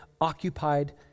occupied